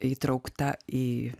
įtraukta į